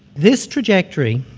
this trajectory,